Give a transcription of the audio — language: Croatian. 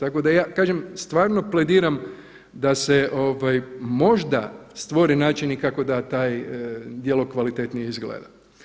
Tako da je kažem stvarno plediram da se možda stvore načini kako da taj dijalog kvalitetnije izgleda.